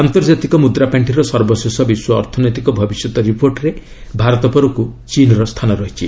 ଆନ୍ତର୍ଜାତିକ ମୁଦ୍ରାପାଣ୍ଠିର ସର୍ବଶେଷ ବିଶ୍ୱ ଅର୍ଥନୈତିକ ଭବିଷ୍ୟତ ରିପୋର୍ଟରେ ଭାରତ ପରକୁ ଚୀନ୍ର ସ୍ଥାନ ରହିଛି